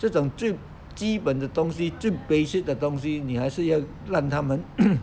这种最基本的东西最 basic 的东西你还是要让他们